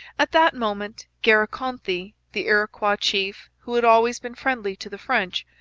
at that moment garakonthie, the iroquois chief who had always been friendly to the french,